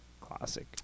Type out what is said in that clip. Classic